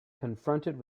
confronted